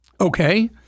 Okay